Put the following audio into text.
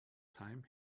time